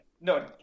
No